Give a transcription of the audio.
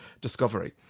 discovery